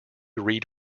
read